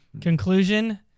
Conclusion